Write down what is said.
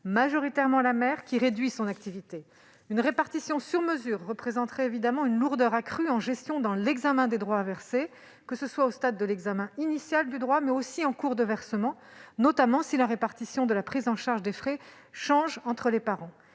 majoritairement la mère, qui réduit son activité. Une répartition sur mesure représenterait évidemment une lourdeur accrue en gestion dans l'examen des droits à verser, que ce soit au stade de l'examen initial du droit, mais aussi en cours de versement, notamment si la répartition de la prise en charge des frais change entre les parents.